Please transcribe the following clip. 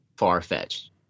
far-fetched